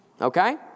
Okay